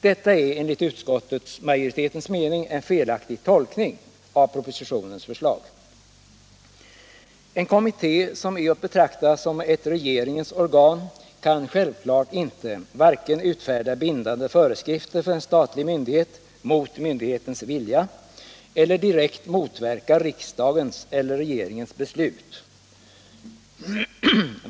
Detta är enligt utskottsmajoritetens mening en felaktig tolkning av propositionens förslag. En kommitté som är att betrakta som ett regeringens organ kan självfallet varken utfärda bindande föreskrifter för en statlig myndighet mot myndighetens vilja eller direkt motverka riksdagens eller regeringens beslut.